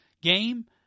game